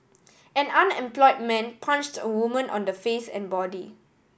an unemployed man punched a woman on the face and body